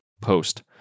post